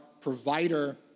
provider